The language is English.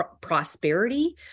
prosperity